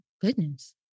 goodness